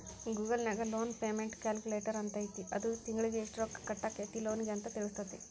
Google ನ್ಯಾಗ loan payment calculator ಅಂತೈತಿ ಅದು ತಿಂಗ್ಳಿಗೆ ಯೆಷ್ಟ್ ರೊಕ್ಕಾ ಕಟ್ಟಾಕ್ಕೇತಿ ಲೋನಿಗೆ ಅಂತ್ ತಿಳ್ಸ್ತೆತಿ